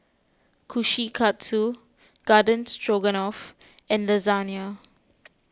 Kushikatsu Garden Stroganoff and Lasagne